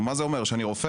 מה זה אומר, שאני רופא?